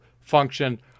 function